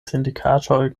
sindikatoj